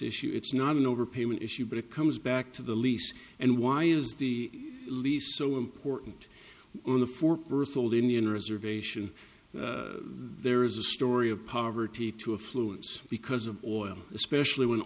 issue it's not an overpayment issue but it comes back to the lease and why is the lease so important on the four berthold indian reservation there is a story of poverty to a fluence because of oil especially when